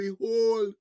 behold